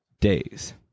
days